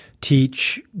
teach